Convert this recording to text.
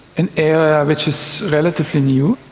an area which is relatively new.